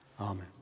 amen